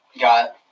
got